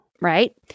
Right